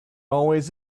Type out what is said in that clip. always